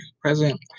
President